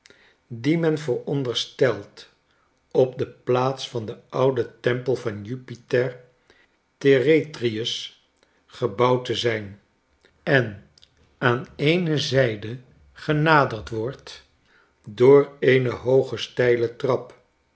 die men vooronderstelt op de plaats van den ouden tempel van jupiter teretriusgebouwdte zijn en aan eene zijde genaderd wordt door eene hooge steile trap